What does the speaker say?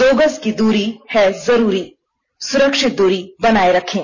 दो गज की दूरी है जरूरी सुरक्षित दूरी बनाए रखें